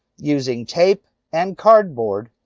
using tape and cardboard.